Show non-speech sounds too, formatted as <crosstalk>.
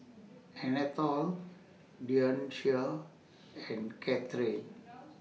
Anatole Dionicio and Cathrine <noise>